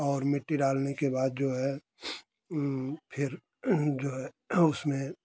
और मिट्टी डालने के बाद जो है फिर जो है उसमें